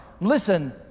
Listen